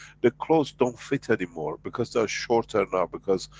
the clothes don't fit anymore because they are shorter now because,